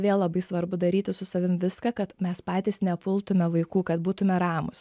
vėl labai svarbu daryti su savim viską kad mes patys nepultume vaikų kad būtume ramūs